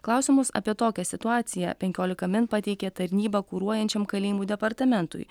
klausimus apie tokią situaciją penkiolika min pateikė tarnybą kuruojančiam kalėjimų departamentui